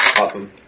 Awesome